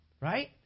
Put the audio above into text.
right